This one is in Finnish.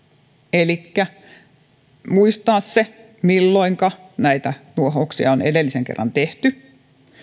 muistaa se milloinka näitä nuohouksia on edellisen kerran tehty